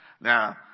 Now